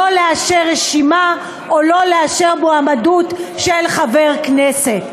לא לאשר רשימה או לא לאשר מועמד לחבר הכנסת.